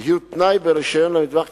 יהיו תנאי ברשיון למטווח קליעה,